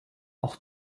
auch